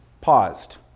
paused